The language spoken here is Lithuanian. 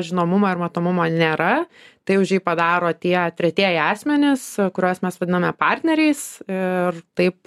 žinomumo ir matomumo nėra tai už jį padaro tie tretieji asmenys kuriuos mes vadiname partneriais ir taip